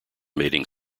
mating